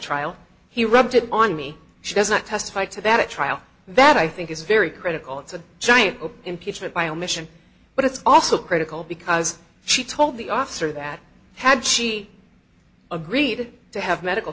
trial he rubbed it on me she has not testified to that at trial that i think is very critical it's a giant impeachment by omission but it's also critical because she told the officer that had she agreed to have medical